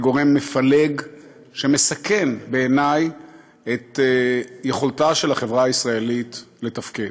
גורם מפלג שמסכן בעיני את יכולתה של החברה הישראלית לתפקד.